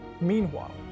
Meanwhile